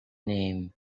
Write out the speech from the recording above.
name